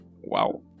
Wow